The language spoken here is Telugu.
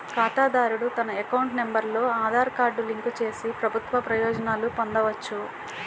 ఖాతాదారుడు తన అకౌంట్ నెంబర్ తో ఆధార్ కార్డు లింక్ చేసి ప్రభుత్వ ప్రయోజనాలు పొందవచ్చు